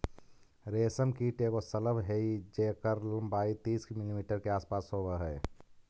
रेशम कीट एगो शलभ हई जेकर लंबाई तीस मिलीमीटर के आसपास होब हई